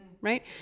right